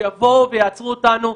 שיבואו ויעצרו אותנו.